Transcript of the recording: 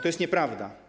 To jest nieprawda.